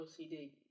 OCD